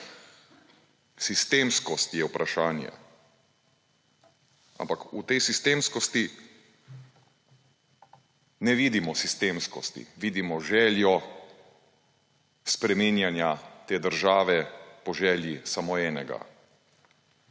sistemskost je vprašanje, ampak v tej sistemskosti ne vidimo sistemskosti, vidimo željo spreminjanja te države po želji samo enega.